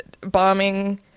bombing